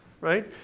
right